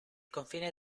confine